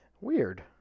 Weird